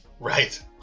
Right